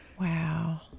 Wow